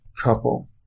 couple